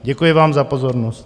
Děkuji vám za pozornost.